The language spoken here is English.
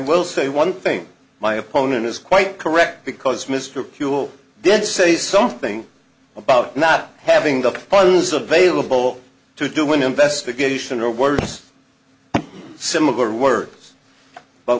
will say one thing my opponent is quite correct because mr pugh will then say something about not having the puns available to do an investigation or words similar words but